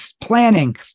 planning